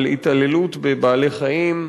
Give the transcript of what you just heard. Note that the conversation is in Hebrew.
על התעללות בבעלי-חיים,